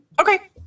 Okay